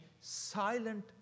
silent